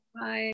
Bye